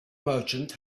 merchant